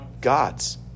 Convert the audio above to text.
god's